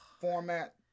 Format